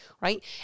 right